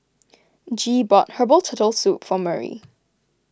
Gee bought Herbal Turtle Soup for Murry